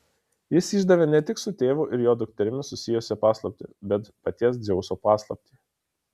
jis išdavė ne tik su tėvu ir jo dukterimi susijusią paslaptį bet paties dzeuso paslaptį